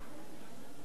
והדבר השני,